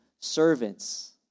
servants